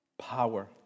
power